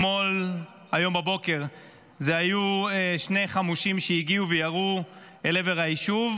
היום בבוקר היו שני חמושים שהגיעו וירו אל עבר היישוב,